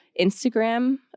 Instagram